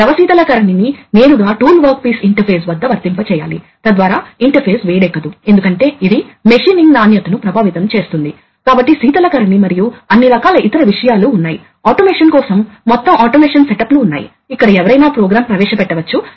కొన్నిసార్లు ప్రయాణంలో కొంత భాగం ఒక వేగంతో ముగింపులో దీని వేగం నెమ్మదిగా ఉండవచ్చు ఎందుకంటే లోడ్ సాధారణంగా ఇనెర్షియా కలిగి ఉంటుంది మరియు మీరు లోడ్ను చాలా వేగంగా నెట్టివేస్తే అప్పుడు చాలా కైనెటిక్ ఎనర్జీ లోడ్లో పేరుకుపోతుంది మరియు అది వ్యతిరేకంగా వెళ్లి ఏదో దానిని కొట్టవచ్చు